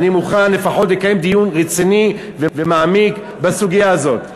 אני מוכן לפחות לקיים דיון רציני ומעמיק בסוגיה הזאת.